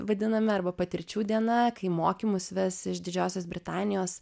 vadiname arba patirčių diena kai mokymus ves iš didžiosios britanijos